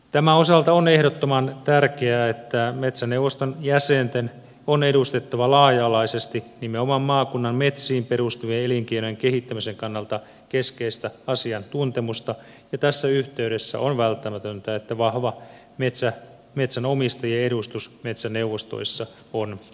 tämän osalta on ehdottoman tärkeää että metsäneuvoston jäsenten on edustettava laaja alaisesti nimenomaan maakunnan metsiin perustuvien elinkeinojen kehittämisen kannalta keskeistä asiantuntemusta ja tässä yhteydessä on välttämätöntä että vahva metsänomistajien edustus metsäneuvostoissa on turvattava